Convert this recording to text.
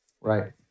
Right